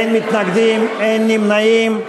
אין מתנגדים, אין נמנעים.